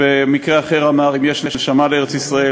במקרה אחר אמר: "אם יש נשמה לארץ-ישראל,